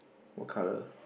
what colour